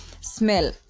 smell